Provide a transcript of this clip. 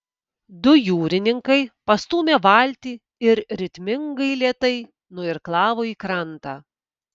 du jūrininkai pastūmė valtį ir ritmingai lėtai nuirklavo į krantą